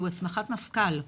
היא הסמכת מפכ"ל,